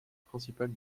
principale